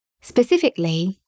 Specifically